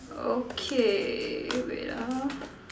okay wait ah